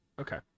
Okay